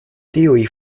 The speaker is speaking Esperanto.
tiuj